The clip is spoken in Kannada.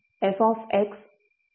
ಆಗುತ್ತದೆ